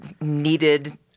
needed